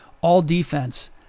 all-defense